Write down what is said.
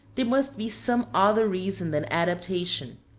there must be some other reason than adaptation.